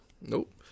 Nope